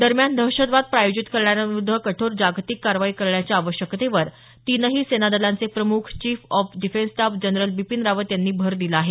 दरम्यान दहशतवाद प्रायोजित करणाऱ्यांविरुद्ध कठोर जागतिक कारवाई करण्याच्या आवश्यकतेवर तीनही सेना दलांचे प्रमुख chief of defence staff general Bipin Rawat यांनी भर दिला आहे